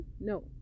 no